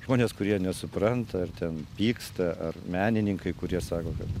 žmonės kurie nesupranta ar ten pyksta ar menininkai kurie sako kad